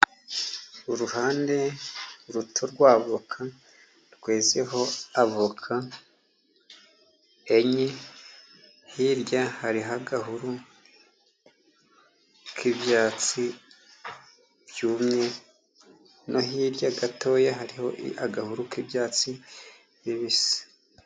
Uruhande ruto rwa voka rwezeho avoka enye, hirya hariho agahuru k' ibyatsi byumye, no hirya gatoya hariho agahuru k' ibyatsi bibisi.